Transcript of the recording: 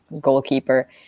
goalkeeper